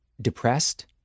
depressed